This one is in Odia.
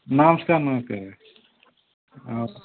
ନମସ୍କାର ନମସ୍କାର ହ